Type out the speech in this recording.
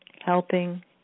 Helping